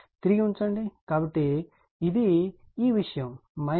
తిరిగి ఉంచండి కాబట్టి ఇది ఈ విషయం Ia Ib Ic అవుతుంది